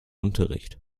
unterricht